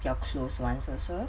your close ones also